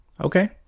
Okay